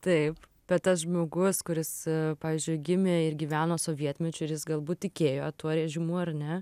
taip bet tas žmogus kuris pavyzdžiui gimė ir gyveno sovietmečiu ir jis galbūt tikėjo tuo režimu ar ne